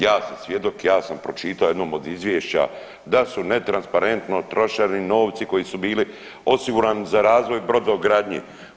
Ja sam svjedok, ja sam pročitao jedno od izvješća da su netransparentno trošili novce koji su bili osigurani za razvoj brodogradnje.